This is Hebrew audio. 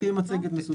תיכף תהיה מצגת מסודרת.